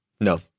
No